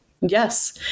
yes